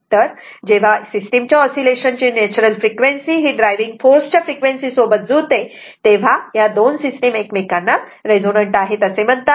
तर जेव्हा सिस्टिमच्या ऑसिलेशन ची नॅचरल फ्रिक्वेन्सी ही ड्रायव्हिंग फोर्स च्या फ्रिक्वेन्सी सोबत जुळते तेव्हा या दोन सिस्टिम एकमेकांना रेझोनन्ट आहेत असे म्हणतात